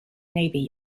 navy